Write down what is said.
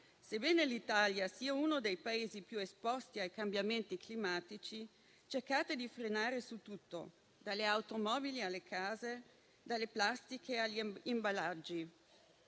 Sebbene l'Italia sia uno dei Paesi più esposti ai cambiamenti climatici, cercate di frenare su tutto, dalle automobili alle case, dalle plastiche agli imballaggi,